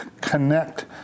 connect